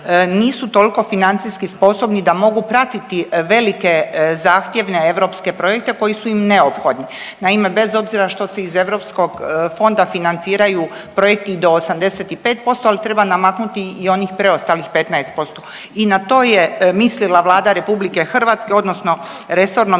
nisu toliko financijski sposobni da mogu pratiti velike zahtjevne europske projekte koji su im neophodni. Naime, bez obzira što se iz Europskog fonda financiraju projekti i do 85% ali treba namaknuti i onih 15%. I na to je mislila Vlada RH odnosno resorno